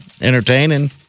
entertaining